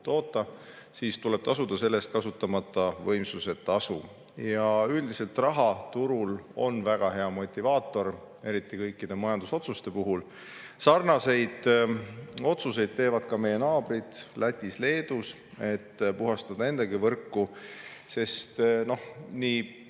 toota, siis tuleb tasuda selle eest kasutamata võimsuse tasu. Raha on turul üldiselt väga hea motivaator, eriti kõikide majandusotsuste puhul. Sarnaseid otsuseid teevad ka meie naabrid Lätis ja Leedus, et puhastada endagi võrku. Suuremat plaani